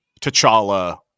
T'Challa